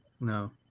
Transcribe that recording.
no